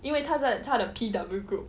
因为他在他的 P_W group